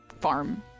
Farm